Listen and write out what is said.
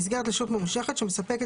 "מסגרת דיור" מסגרת לשהות ממושכת שמספקת